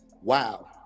wow